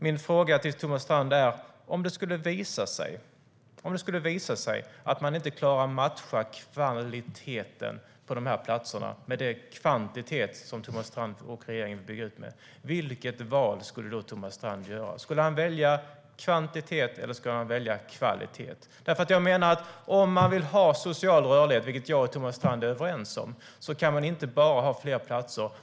Min fråga till Thomas Strand är: Om det skulle visa sig att man inte klarar av att matcha kvaliteten på de här platserna när Thomas Strand och regeringen bygger ut kvantiteten, vilket val skulle då Thomas Strand göra? Skulle han välja kvantitet, eller skulle han välja kvalitet? Jag menar att om man vill ha social rörlighet, vilket jag och Thomas Strand är överens om, kan man inte bara ha fler platser.